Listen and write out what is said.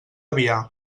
biar